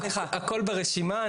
הכל ברשימה,